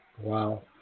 Wow